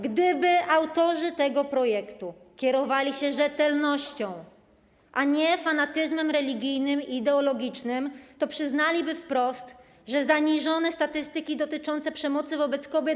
Gdyby autorzy tego projektu kierowali się rzetelnością, a nie fanatyzmem religijnym i ideologicznym, to przyznaliby wprost, że zaniżone statystyki dotyczące przemocy wobec kobiet.